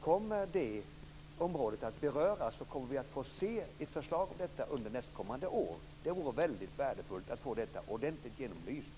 Kommer denna fråga att beröras, och kommer vi att få se ett förslag om detta under nästkommande år? Det vore väldigt värdefullt att få detta ordentligt genomlyst.